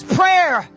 prayer